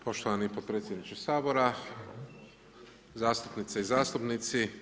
Poštovani potpredsjedniče Sabora, zastupnice i zastupnici.